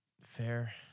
Fair